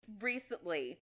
recently